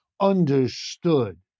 understood